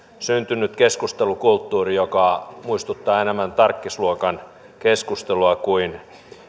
syntynyt keskustelukulttuuri joka muistuttaa enemmän tarkkisluokan keskustelua kuin